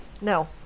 No